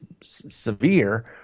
severe –